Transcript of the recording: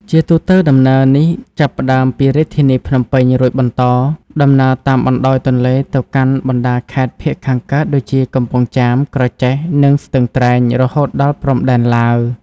ជាទូទៅ ដំណើរនេះចាប់ផ្តើមពីរាជធានីភ្នំពេញ រួចបន្តដំណើរតាមបណ្ដោយទន្លេទៅកាន់បណ្តាខេត្តភាគខាងកើតដូចជា កំពង់ចាម ក្រចេះ និងស្ទឹងត្រែង រហូតដល់ព្រំដែនឡាវ។